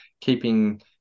Keeping